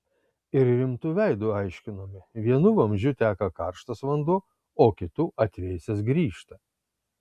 ir rimtu veidu aiškinome vienu vamzdžiu teka karštas vanduo o kitu atvėsęs grįžta